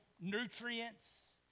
nutrients